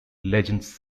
legends